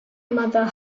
mother